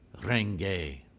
Renge